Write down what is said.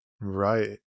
Right